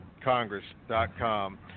congress.com